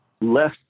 less